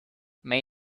may